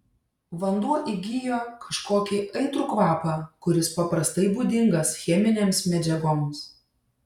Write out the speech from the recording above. vanduo įgijo kažkokį aitrų kvapą kuris paprastai būdingas cheminėms medžiagoms